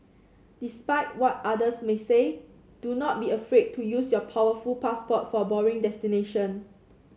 despite what others may say do not be afraid to use your powerful passport for boring destination